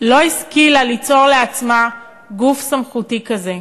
לא השכילה ליצור לעצמה גוף סמכותי כזה,